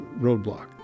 roadblock